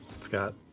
Scott